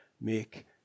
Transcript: make